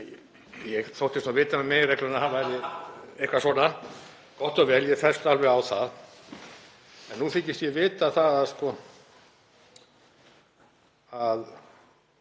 Ég þóttist nú vita með meginregluna að það væri eitthvað svona. Gott og vel, ég fellst alveg á það. En nú þykist ég vita að